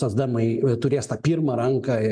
socdemai turės tą pirmą ranką